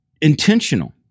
Intentional